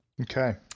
Okay